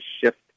shift